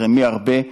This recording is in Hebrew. תתרמי הרבה.